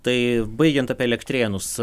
tai baigiant apie elektrėnus